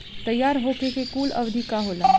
तैयार होखे के कूल अवधि का होला?